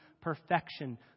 perfection